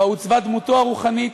בה עוצבה דמותו הרוחנית,